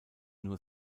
nur